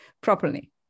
properly